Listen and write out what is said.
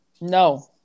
No